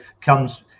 comes